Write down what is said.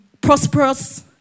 prosperous